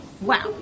wow